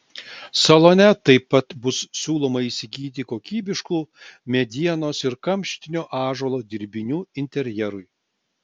salone taip pat bus siūloma įsigyti kokybiškų medienos ir kamštinio ąžuolo dirbinių interjerui